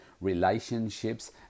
relationships